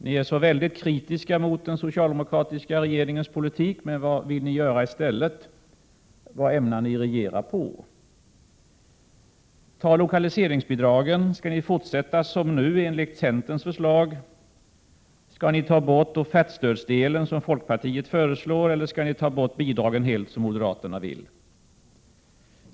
Ni är så väldigt kritiska mot den socialdemokratiska regeringens politik, men vad vill ni göra i stället? Vilken politik ämnar ni föra i regeringsställning? Skall ni beträffande lokaliseringsbidragen fortsätta som nu enligt centerns förslag, skall ni ta bort offertstödsdelen som folkpartiet föreslår, eller skall ni ta bort bidraget helt, som moderaterna vill?